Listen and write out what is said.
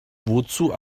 wozu